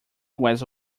was